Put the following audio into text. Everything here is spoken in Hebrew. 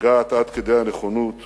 מגעת עד כדי הנכונות